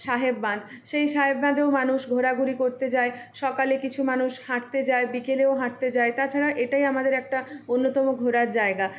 সাহেব বাঁধ সেই সাহেব বাঁধেও মানুষ ঘোরাঘুরি করতে যায় সকালে কিছু মানুষ হাঁটতে যায় বিকেলেও হাঁটতে যায় তাছাড়া এটাই আমাদের একটা অন্যতম ঘোরার জায়গা